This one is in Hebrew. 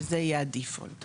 שזאת תהיה בררת המחדל.